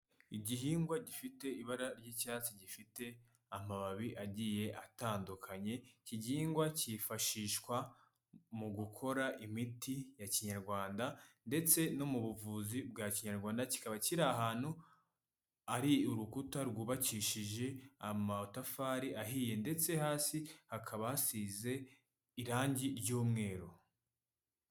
Igihingwa gifite ibara ry'icyatsi gifite amababi agiye atandukanye, iki gihingwa cyifashishwa mu gukora imiti ya kinyarwanda ndetse no mu buvuzi bwa kinyarwanda, kikaba kiri ahantu hari urukuta rwubakishije amatafari ahiye ndetse hasi hakaba hasize irangi ry'umweru.